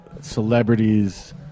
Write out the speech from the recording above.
celebrities